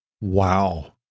Wow